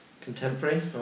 contemporary